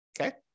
Okay